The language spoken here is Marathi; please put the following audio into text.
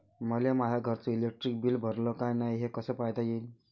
मले माया घरचं इलेक्ट्रिक बिल भरलं का नाय, हे कस पायता येईन?